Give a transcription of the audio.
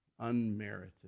unmerited